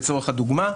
לצורך הדוגמה,